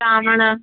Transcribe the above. चांवर